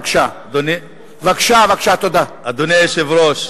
אדוני היושב-ראש,